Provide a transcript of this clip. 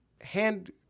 hand